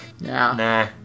Nah